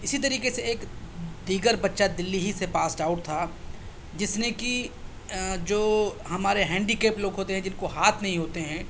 اسی طریقہ سے ایک دیگر بچہ دلّی ہی سے پاسڈ آؤٹ تھا جس نے کہ جو ہمارے ہینڈیکیپ لوگ ہوتے ہیں جن کو ہاتھ نہیں ہوتے ہیں